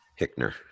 Hickner